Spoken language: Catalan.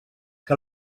que